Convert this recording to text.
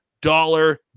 dollar